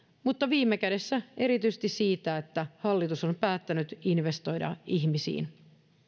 mutta viime kädessä erityisesti siitä että hallitus on päättänyt investoida ihmisiin